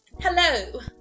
hello